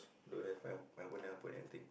don't have my my own helper and tick